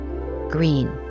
green